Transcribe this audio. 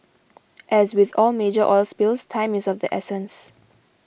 as with all major oil spills time is of the essence